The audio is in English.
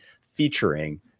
featuring